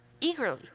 Eagerly